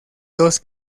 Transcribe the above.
dos